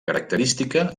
característica